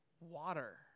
water